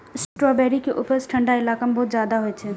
strawberry के उपज ठंढा इलाका मे बहुत ज्यादा होइ छै